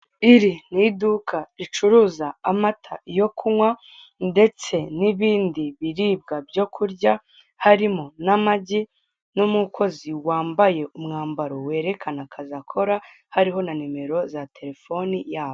Iri ni iduka ricuruza amata yo kunywa ndetse n'ibindi biribwa byo kurya harimo n'amagi n'umukozi wambaye umwambaro werekana akazi akora hariho na nimero za terefoni yabo.